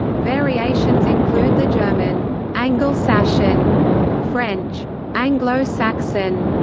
variations include the german angelsachsen, french anglo-saxon,